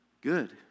good